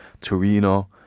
Torino